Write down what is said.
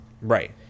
right